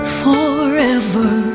forever